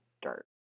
dirt